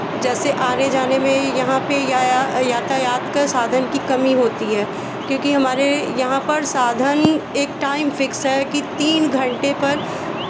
जैसे आने जाने में यहाँ पे याया यातायात के साधन की कमी होती है क्योंकि हमारे यहाँ पर साधन एक टाइम फ़िक्स है कि तीन घंटे पर